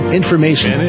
information